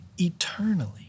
Eternally